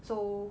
so